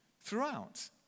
throughout